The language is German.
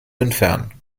entfernen